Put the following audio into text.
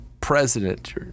president